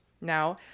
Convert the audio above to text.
Now